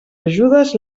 ajudes